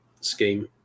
scheme